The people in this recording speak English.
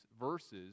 verses